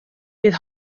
bydd